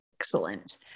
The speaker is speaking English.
Excellent